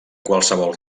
qualsevol